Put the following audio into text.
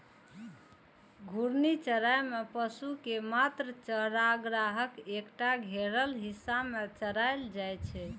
घूर्णी चराइ मे पशु कें मात्र चारागाहक एकटा घेरल हिस्सा मे चराएल जाइ छै